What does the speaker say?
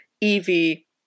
Evie